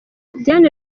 diane